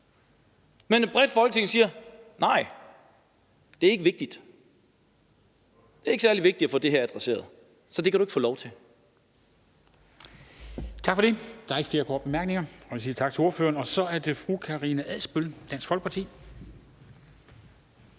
Men bredt i Folketinget siger man nej: Det er ikke vigtigt, det er ikke særlig vigtigt at få det her adresseret, så det kan du ikke få lov til.